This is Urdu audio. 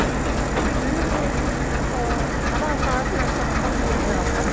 جی فلاں صاحب نے ہم کو نمبر دیے تھے آپ کا